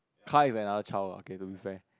car is another child [la] K to be fair